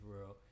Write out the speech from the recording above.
world